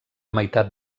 meitat